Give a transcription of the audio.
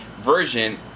version